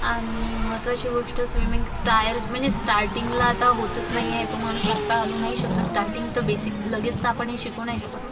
आणि महत्त्वाची गोष्ट स्विमिंग टायर म्हणजे स्टार्टींगला आता होतच नाही आहे तो माणूस हातपाय हलवू नाही शकत आहे स्टार्टींग तर बेसिक तर आपण हे शिकू नाही शकत ना